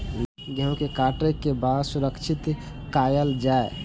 गेहूँ के काटे के बाद सुरक्षित कायल जाय?